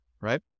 right